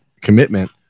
commitment